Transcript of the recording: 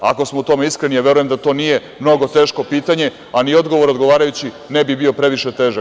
Ako smo u tome iskreni, a verujem da to nije mnogo teško pitanje, a ni odgovor odgovarajući ne bi bio previše težak.